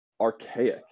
archaic